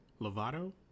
Lovato